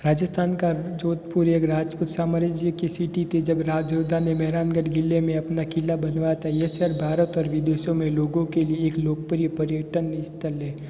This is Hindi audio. राजस्थान का जोधपुर एक राजपूत साम्राज्य की सिटी थी जब राज योद्धा ने मेहरांगढ़ क़िले में अपना क़िला बनवाया था ये शहर भारत और विदेशों में लोगों के लिए एक लोकप्रिय पर्यटन स्थल है